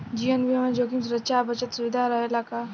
जीवन बीमा में जोखिम सुरक्षा आ बचत के सुविधा रहेला का?